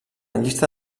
llista